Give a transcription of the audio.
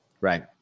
right